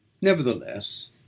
nevertheless